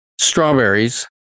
strawberries